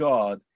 God